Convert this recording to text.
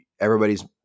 everybody's